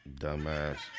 Dumbass